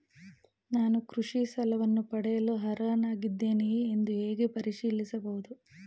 ನಾನು ಕೃಷಿ ಸಾಲವನ್ನು ಪಡೆಯಲು ಅರ್ಹನಾಗಿದ್ದೇನೆಯೇ ಎಂದು ಹೇಗೆ ಪರಿಶೀಲಿಸಬಹುದು?